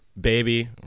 Baby